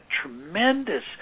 tremendous